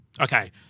Okay